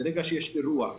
כשיש אירוע,